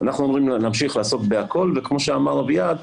אנחנו אומרים שנמשיך לעסוק בהכל וכמו שאמר אביעד,